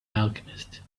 alchemist